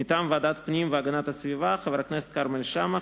מטעם ועדת פנים והגנת הסביבה: חבר הכנסת כרמל שאמה,